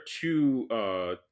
two